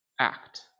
act